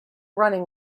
running